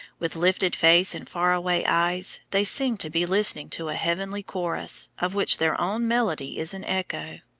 with lifted face and faraway eyes, they seem to be listening to a heavenly chorus, of which their own melody is an echo.